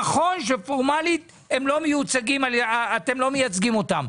נכון שפורמלית אתם לא מייצגים אותם,